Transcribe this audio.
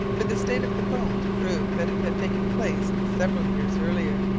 for the state of the bones proved that it had taken place several years earlier,